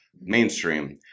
mainstream